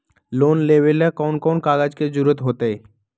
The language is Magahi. लोन लेवेला कौन कौन कागज के जरूरत होतई?